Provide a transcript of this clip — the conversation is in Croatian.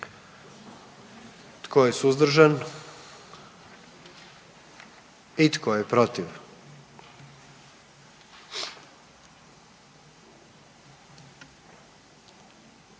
Tko je suzdržan? I tko je protiv?